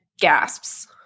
gasps